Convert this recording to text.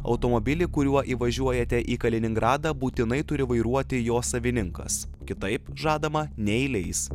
automobilį kuriuo įvažiuojate į kaliningradą būtinai turi vairuoti jo savininkas kitaip žadama neįleis